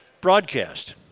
broadcast